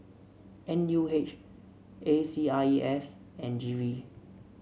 N U H A C R E S and G V